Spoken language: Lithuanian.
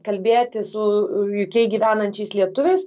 kalbėtis su jū kei gyvenančiais lietuviais